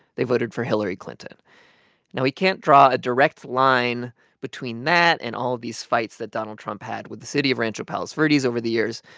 they voted for hillary clinton now, we can't draw a direct line between that and all of these fights that donald trump had with the city of rancho palos verdes over the years,